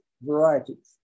varieties